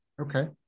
Okay